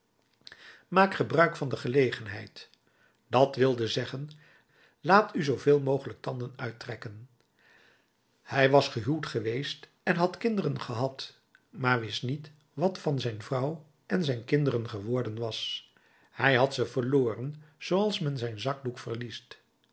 maak gebruik van de gelegenheid dat wilde zeggen laat u zooveel mogelijk tanden uittrekken hij was gehuwd geweest en had kinderen gehad maar wist niet wat van zijn vrouw en zijn kinderen geworden was hij had ze verloren zooals men zijn zakdoek verliest